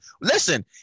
Listen